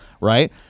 Right